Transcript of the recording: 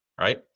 right